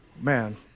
man